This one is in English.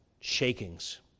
shakings